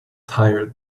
tired